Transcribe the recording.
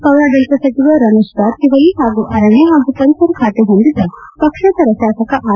ಪೌರಾಡಳತ ಸಚಿವ ರಮೇಶ್ ಜಾರಕಿಹೊಳಿ ಹಾಗೂ ಅರಣ್ಯ ಹಾಗೂ ಪರಿಸರ ಖಾತೆ ಹೊಂದಿದ್ದ ಪಕ್ಷೇತರ ಶಾಸಕ ಆರ್